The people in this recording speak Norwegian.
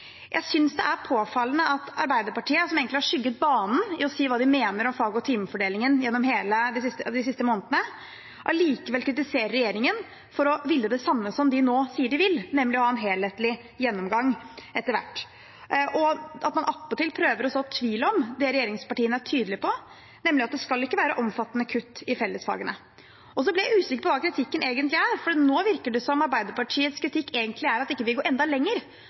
Jeg synes det er påfallende at Arbeiderpartiet – som egentlig har skygget banen gjennom de siste månedene når det gjelder å si hva de mener om fag og timefordelingen – allikevel kritiserer regjeringen for å ville det samme som de nå sier at de vil, nemlig å ha en helhetlig gjennomgang etter hvert, og at de attpåtil prøver å så tvil om det regjeringspartiene er tydelige på, nemlig at det ikke skal være omfattende kutt i fellesfagene. Og så blir jeg usikker på hva kritikken egentlig er, for nå virker det som om Arbeiderpartiets kritikk egentlig er at vi ikke går enda lenger,